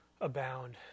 abound